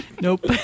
Nope